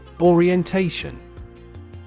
Orientation